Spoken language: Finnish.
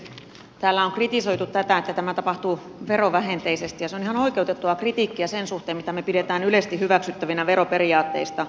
täällä on kritisoitu tätä että tämä tapahtuu verovähenteisesti ja se on ihan oikeutettua kritiikkiä sen suhteen mitä me pidämme yleisesti hyväksyttävinä veroperiaatteina